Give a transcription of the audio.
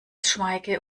schweige